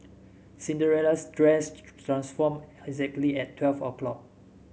Cinderella's dress transformed exactly at twelve o'clock